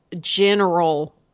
general